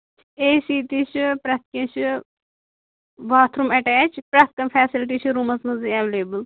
اَے C تہِ چھُ پرٛتھ کیٚنٛہہ چھُ باتھ روٗم ایٹیچ پرٛتھ کانٛہہ فیسَلٹی چھِ روٗمَس منٛزٕے ایٚویٚلیبٔل